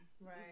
Right